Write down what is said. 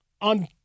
on